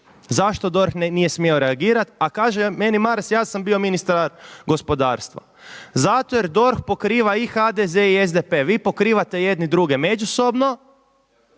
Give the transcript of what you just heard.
Zašto DORH nije smio reagirati? A kaže meni Maras ja sam bio ministar gospodarstva. Zato jer DORH pokriva i HDZ i SDP. Vi pokrivate jedni druge međusobno,